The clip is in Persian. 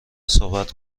صحبت